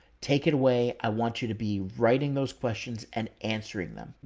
take it away. i want you to be writing those questions and answering them.